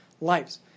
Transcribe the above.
lives